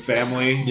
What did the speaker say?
Family